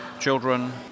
children